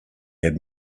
had